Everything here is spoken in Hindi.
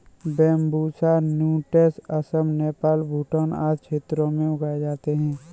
बैंम्बूसा नूटैंस असम, नेपाल, भूटान आदि क्षेत्रों में उगाए जाते है